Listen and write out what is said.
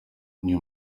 aya